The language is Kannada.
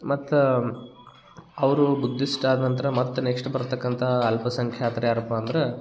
ಮತ್ತು ಅವರು ಬುದ್ಧಿಷ್ಟ್ ಆದ ನಂತರ ಮತ್ತು ನೆಕ್ಸ್ಟ್ ಬರ್ತಕಂಥ ಅಲ್ಪಸಂಖ್ಯಾತ್ರು ಯಾರಪ್ಪ ಅಂದ್ರ